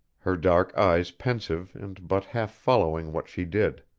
her dark eyes pensive and but half following what she did.